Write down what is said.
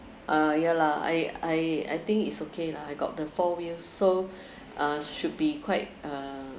ah ya lah I I I think it's okay lah I got the four wheels so uh should be quite uh